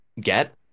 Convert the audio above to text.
get